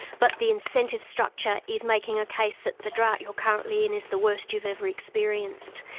but the incentive structure is making a case that the drought you're currently in is the worst you've ever experienced.